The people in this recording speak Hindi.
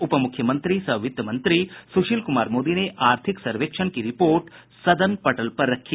उपमुख्यमंत्री सह वित्त मंत्री सुशील कुमार मोदी ने आर्थिक सर्वेक्षण की रिपोर्ट सदन पटल पर रखी